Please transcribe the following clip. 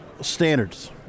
Standards